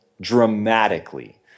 dramatically